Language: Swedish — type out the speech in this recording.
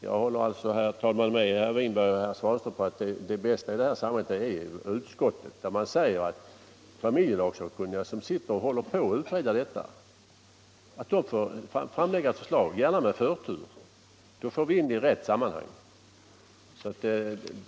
Jag håller alltså med herr Winberg om att det bästa i detta sammanhang är utskottets skrivning, där det sägs att familjelagssakkunniga, som håller på att utreda dessa frågor, bör få framlägga förslag, gärna med förtur. Då får vi in frågorna i rätt sammanhang.